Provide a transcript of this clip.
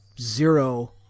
zero